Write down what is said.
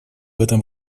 этом